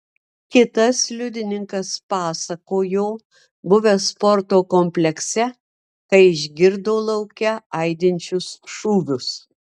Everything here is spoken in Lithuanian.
kitas liudininkas pasakojo buvęs sporto komplekse kai išgirdo lauke aidinčius šūvius